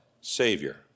Savior